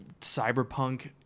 Cyberpunk